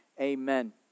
Amen